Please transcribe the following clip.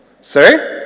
Sorry